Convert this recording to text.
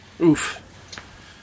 Oof